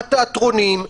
התיאטראות,